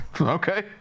Okay